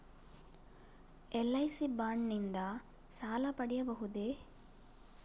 LIC bond ನಿಂದ ಸಾಲ ಪಡೆಯಬಹುದೇ?